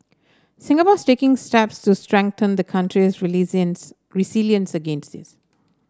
Singapore's taking steps to strengthen the country's resilience against this